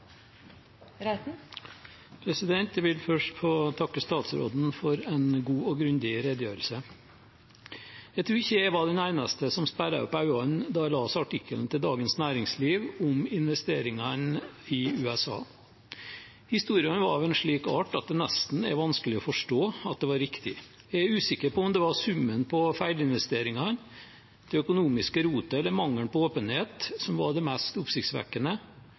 framover. Jeg vil først få takke statsråden for en god og grundig redegjørelse. Jeg tror ikke jeg var den eneste som sperret opp øynene da jeg leste artikkelen til Dagens Næringsliv om investeringene i USA. Historiene var av en slik art at det nesten var vanskelig å forstå at det var riktig. Jeg er usikker på om det var summen på feilinvesteringene, det økonomiske rotet eller mangelen på åpenhet som var det mest oppsiktsvekkende,